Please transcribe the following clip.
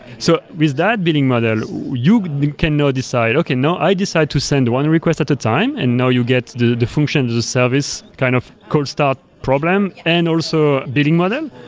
so with that billing model, you can now decide, okay. now i decide to send one request at a time, and now you get the functions as a service kind of cold start problem, and also billing model,